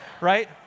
right